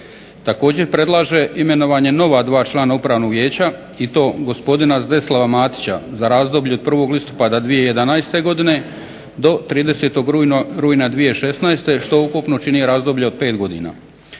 Također, predlaže imenovanje nova 2 člana Upravnog vijeća i to gospodina Zdeslava Matića za razdoblje od 1. listopada 2011. godine do 30. rujna 2016., što ukupno čini razdoblje od 5 godina.